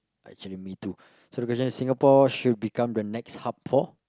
actually me too so the question is Singapore should become the next hub for